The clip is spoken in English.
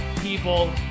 people